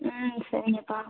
ம் சரிங்கப்பா